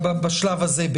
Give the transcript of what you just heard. בשלב הזה,